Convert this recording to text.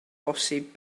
posib